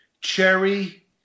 cherry